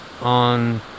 on